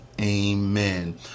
amen